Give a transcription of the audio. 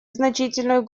значительную